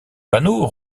panneaux